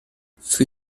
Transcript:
für